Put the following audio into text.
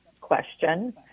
question